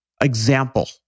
example